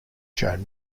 joan